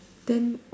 then